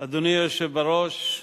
אדוני היושב בראש,